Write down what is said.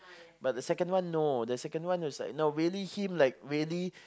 but the second one no the second one was like no really him like really